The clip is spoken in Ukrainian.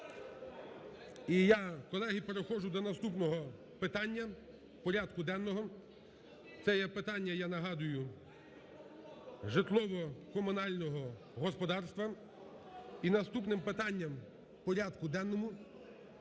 І я, колеги, переходжу до наступного питання порядку денного. Це є питання, я нагадую, житлово-комунального господарства. І наступним питанням в порядку денному